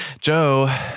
Joe